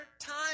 time